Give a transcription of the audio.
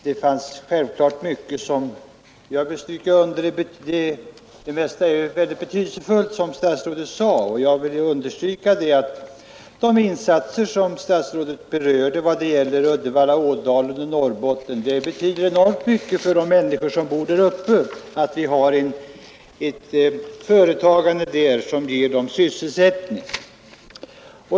Det mesta av vad statsrådet sade är mycket betydelsefullt, och jag vill understryka att de insatser som statsrådet berörde i vad gäller Uddevalla, Ådalen och Norrbotten betyder enormt mycket för de människor som bor där. Det är viktigt att vi där har ett företagande, som ger befolkningen sysselsättning.